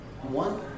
one